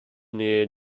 near